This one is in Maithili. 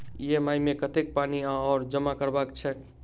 ई.एम.आई मे कतेक पानि आओर जमा करबाक छैक?